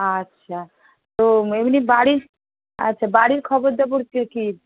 আচ্ছা তো এমনি বাড়ির আচ্ছা বাড়ির খবর দবরটা কী